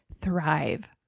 thrive